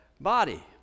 body